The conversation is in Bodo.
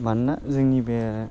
मानोना जोंनि बे